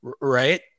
Right